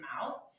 mouth